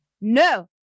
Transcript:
no